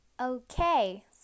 Okay